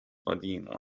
claudine